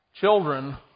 Children